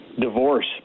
divorce